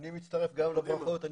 אני מצטרף לברכות.